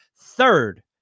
Third